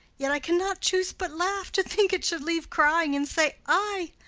yet i cannot choose but laugh to think it should leave crying and say ay.